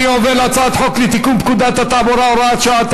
אני עובר להצעת חוק לתיקון פקודת התעבורה (הוראת שעה),